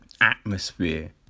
atmosphere